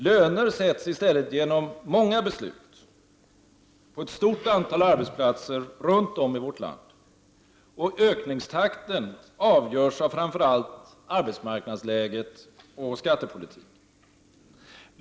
Löner sätts i stället genom många beslut på ett stort antal arbetsplatser runt om i vårt land, och ökningstakten avgörs av framför allt arbetsmarknadsläget och skattepolitiken.